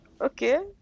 okay